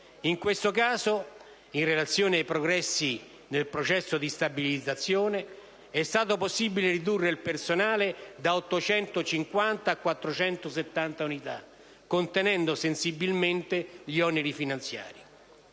In questo caso, in relazione al progressi del processo di stabilizzazione dell'area, è stato possibile ridurre il personale impiegato da 850 a 470 unità, contenendo sensibilmente gli oneri finanziari.